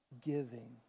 giving